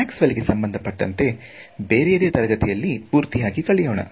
Maxwell ಗೆ ಸಂಬಂಧಪಟ್ಟಂತೆ ಬೇರೆಯದೇ ತರಗತಿಯಲ್ಲಿ ಪೂರ್ತಿಯಾಗಿ ಕಲಿಯೋಣ